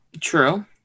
True